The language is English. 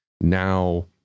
now